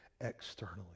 externally